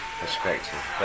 perspective